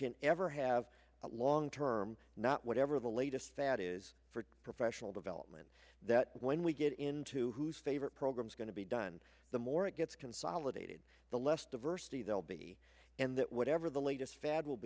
can ever have long term not whatever the latest fad is for professional development that when we get into who favorite programs going to be done the more it gets consolidated the less diversity there will be and that whatever the latest fad will